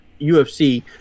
UFC